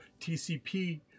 TCP